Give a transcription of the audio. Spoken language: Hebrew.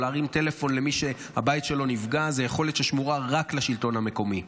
להרים טלפון למי שהבית שלו נפגע זו יכולת ששמורה רק לשלטון המקומי.